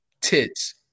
Tits